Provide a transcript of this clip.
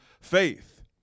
faith